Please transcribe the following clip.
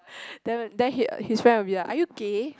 then then he his friend will be like are you gay